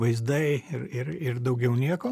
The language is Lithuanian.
vaizdai ir ir ir daugiau nieko